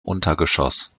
untergeschoss